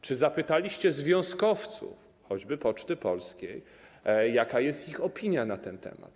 Czy zapytaliście związkowców, choćby Poczty Polskiej, jaka jest ich opinia na ten temat?